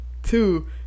Two